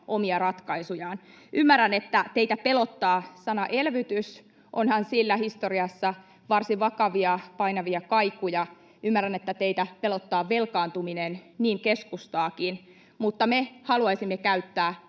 omia ratkaisujaan. Ymmärrän, että teitä pelottaa sana ”elvytys”, onhan sillä historiassa varsin vakavia, painavia kaikuja. Ymmärrän, että teitä pelottaa velkaantuminen — niin keskustaakin, mutta me haluaisimme käyttää